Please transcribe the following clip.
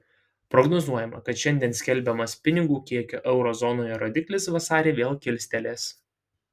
prognozuojama kad šiandien skelbiamas pinigų kiekio euro zonoje rodiklis vasarį vėl kilstelės